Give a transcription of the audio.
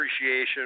appreciation